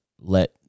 let